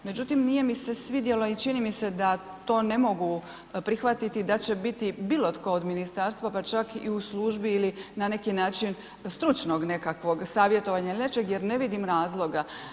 Međutim, nije mi se svidjelo i čini mi se da to ne mogu prihvatiti da će biti bilo tko od ministarstva, pa čak i u službi ili na neki način stručnog nekakvog savjetovanja ili nečeg jer ne vidim razloga.